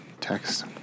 text